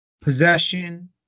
Possession